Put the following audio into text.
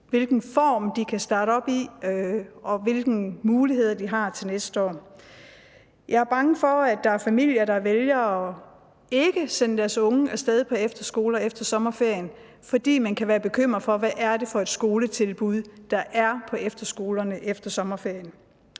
hvilken form de kan starte op med, og hvilke muligheder de har til næste år. Jeg er bange for, at der er familier, der vælger ikke at sende deres unge af sted på efterskole efter sommerferien, fordi de kan være bekymrede for, hvad det er for et skoletilbud, der er på efterskolerne efter sommerferien.